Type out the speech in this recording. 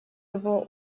его